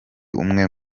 umwe